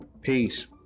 Peace